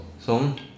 Song